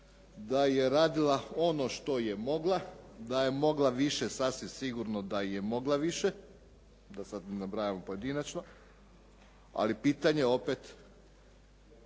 da je radila ono što je mogla, da je mogla više sasvim sigurno da je mogla više da sad ne nabrajamo pojedinačno, ali je pitanje opet